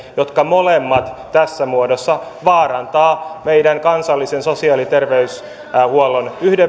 jotka molemmat tässä muodossa vaarantavat meidän kansallisen sosiaali ja terveydenhuollon